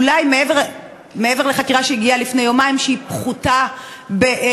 אולי מעבר לחקירה שהגיעה לפני יומיים שהיא פחותה בסכנתה.